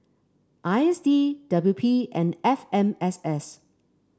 I S D W P and F M S S